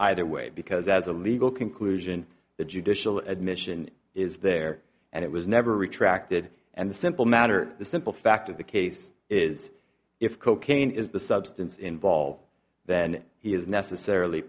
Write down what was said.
either way because as a legal conclusion the judicial admission is there and it was never retracted and the simple matter the simple fact of the case is if cocaine is the substance involved then he is necessarily